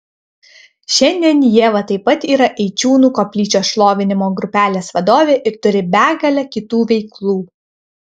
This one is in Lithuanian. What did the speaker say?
šiandien ieva taip pat yra eičiūnų koplyčios šlovinimo grupelės vadovė ir turi begalę kitų veiklų